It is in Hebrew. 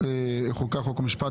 חוק ומשפט